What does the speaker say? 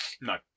No